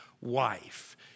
wife